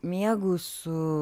miegu su